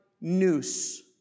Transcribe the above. noose